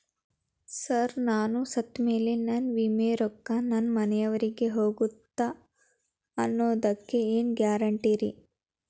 Sir ನಾನು ಸತ್ತಮೇಲೆ ನನ್ನ ವಿಮೆ ರೊಕ್ಕಾ ನನ್ನ ಮನೆಯವರಿಗಿ ಹೋಗುತ್ತಾ ಅನ್ನೊದಕ್ಕೆ ಏನ್ ಗ್ಯಾರಂಟಿ ರೇ?